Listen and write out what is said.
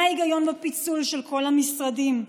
מה ההיגיון בפיצול של כל המשרדים?